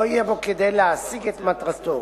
לא יהיה בו כדי להשיג את מטרתו.